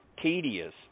tedious